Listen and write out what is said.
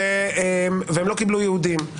והם לא קיבלו יהודים.